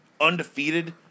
undefeated